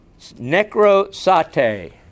necrosate